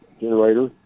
generator